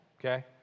okay